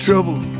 Trouble